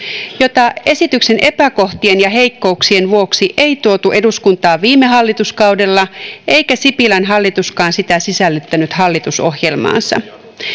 jota esityksen epäkohtien ja heikkouksien vuoksi ei tuotu eduskuntaan viime hallituskaudella eikä sipilän hallituskaan sitä sisällyttänyt hallitusohjelmaansa